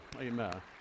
Amen